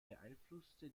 beeinflusste